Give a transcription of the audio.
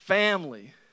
Family